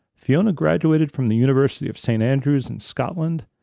fiona graduated from the university of saint andrews in scotland,